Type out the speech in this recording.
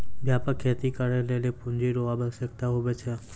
व्यापक खेती करै लेली पूँजी रो आवश्यकता हुवै छै